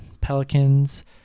Pelicans